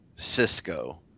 Cisco